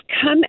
come